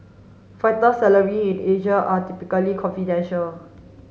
fighter salary in Asia are typically confidential